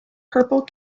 purple